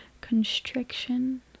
constriction